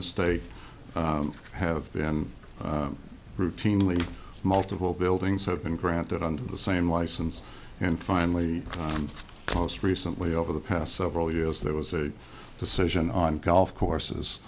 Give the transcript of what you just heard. the state have been routinely multiple buildings have been granted on the same license and finally most recently over the past several years there was a decision on golf courses